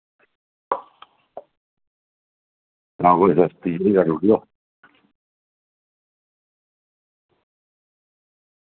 कोई सस्ती जेही करी ओड़ेओ